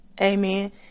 Amen